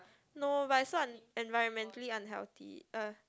no but it's so un~ environmentally unhealthy ugh